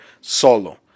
solo